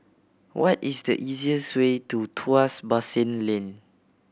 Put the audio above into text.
what is the easiest way to Tuas Basin Lane